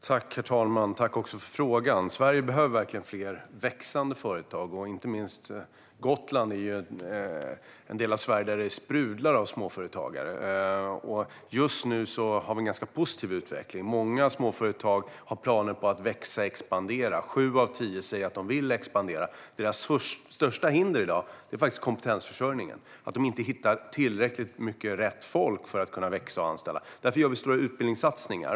Herr talman! Tack för frågan! Sverige behöver verkligen fler växande företag. Inte minst Gotland är en del av Sverige där småföretagandet är sprudlande. Just nu har vi en ganska positiv utveckling. Många småföretag har planer på att växa och expandera. Sju av tio säger att de vill expandera. Deras största hinder i dag är faktiskt kompetensförsörjningen: att de inte hittar rätt personer för att kunna växa och anställa. Därför gör vi stora utbildningssatsningar.